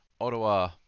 Ottawa